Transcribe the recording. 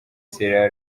sierra